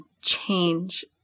change